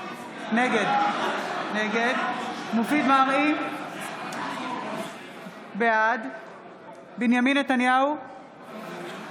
נגד מופיד מרעי, בעד בנימין נתניהו,